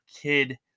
kid